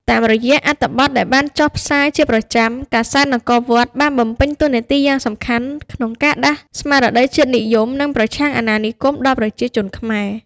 តាមរយៈអត្ថបទដែលបានចុះផ្សាយជាប្រចាំ កាសែត នគរវត្ត បានបំពេញតួនាទីយ៉ាងសំខាន់ក្នុងការដាស់ស្មារតីជាតិនិយម និងប្រឆាំងអាណានិគមដល់ប្រជាជនខ្មែរ។